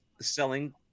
selling